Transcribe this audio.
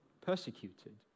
persecuted